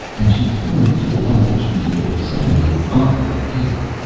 and she's willing to do a one-picture deal with summit if i okay it.